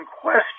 question